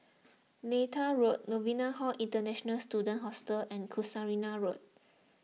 Neythai Road Novena Hall International Students Hostel and Casuarina Road